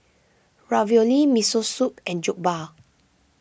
Ravioli Miso Soup and Jokbal